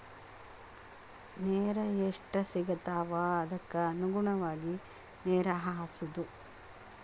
ನೇರ ಎಷ್ಟ ಸಿಗತಾವ ಅದಕ್ಕ ಅನುಗುಣವಾಗಿ ನೇರ ಹಾಸುದು